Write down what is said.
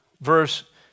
verse